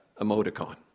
emoticon